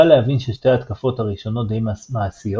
קל להבין ששתי ההתקפות הראשונות די מעשיות,